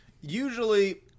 usually